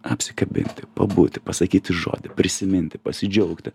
apsikabinti pabūti pasakyti žodį prisiminti pasidžiaugti